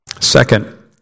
Second